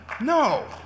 No